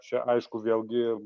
čia aišku vėlgi